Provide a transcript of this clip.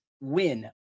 win